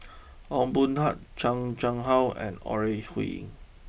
Ong Boon Tat Chan Chang how and Ore Huiying